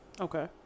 okay